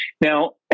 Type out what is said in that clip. Now